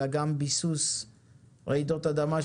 אלא גם למניעת רעידות אדמה,